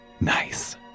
Nice